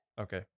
Okay